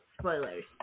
Spoilers